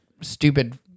stupid